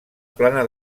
plana